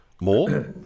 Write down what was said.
more